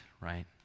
Right